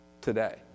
today